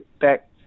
back